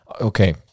okay